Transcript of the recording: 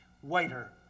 whiter